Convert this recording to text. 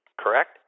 correct